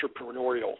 entrepreneurial